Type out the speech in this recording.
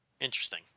Interesting